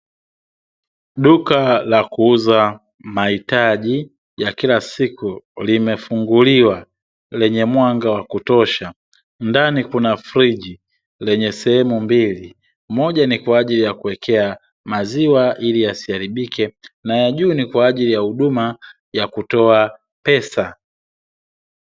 Duka la kuuza mahitaji ya kila siku, limefunguliwa lenye mwanga wa kutosha. Ndani kuna friji lenye sehemu mbili, moja ni kwaajili ya kuwekea maziwa ili yasiharibike na ya juu ni kwa ajili ya huduma ya kutoa pesa.